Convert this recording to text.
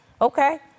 Okay